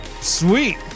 sweet